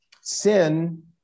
Sin